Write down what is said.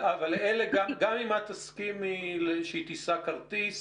אבל גם אם את תסכימי שהיא תישא כרטיס